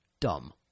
dumb